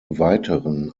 weiteren